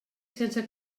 sense